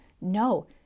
No